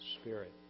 spirit